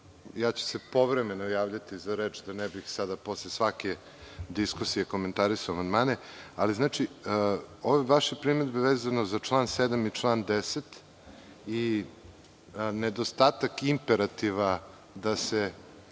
ću se povremeno javljati za reč da ne bih sada posle svake diskusije komentarisao amandmane. Znači, vaše primedbe vezane član 7. i član 10. i nedostatak imperativa da se